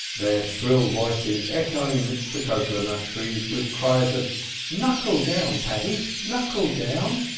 their shrill voices echoing amidst the cocoa-nut trees with cries of knuckle down, paddy, knuckle down!